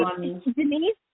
Denise